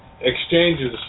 exchanges